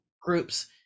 groups